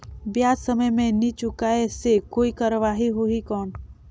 ब्याज समय मे नी चुकाय से कोई कार्रवाही होही कौन?